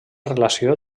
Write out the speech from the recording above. relació